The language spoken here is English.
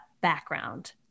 background